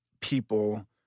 people